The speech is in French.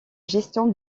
gestion